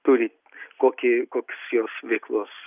turi kokį koks jos veiklos